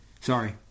Sorry